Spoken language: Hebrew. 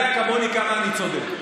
יודע כמוני כמה אני צודק.